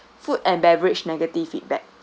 food and beverage negative feedback